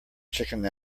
chicken